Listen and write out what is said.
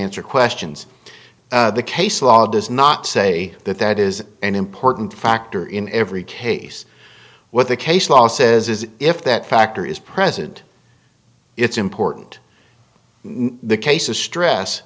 answer questions the case law does not say that that is an important factor in every case what the case law says is if that factor is present it's important the cases stress